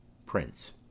prince.